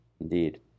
Indeed